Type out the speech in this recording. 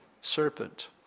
serpent